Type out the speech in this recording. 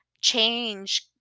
change